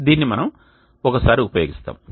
దీనిని మనము ఒక సారి ఉపయోగిస్తాము